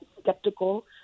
skeptical